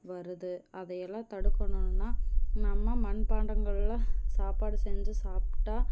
வருது அதை எல்லாம் தடுக்கணும்னா நம்ம மண்பாண்டாங்களில சாப்பாடு செஞ்சு சாப்பிட்டா